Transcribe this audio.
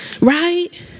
Right